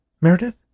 Meredith